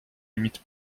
limite